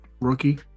Rookie